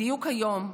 בדיוק היום,